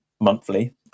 monthly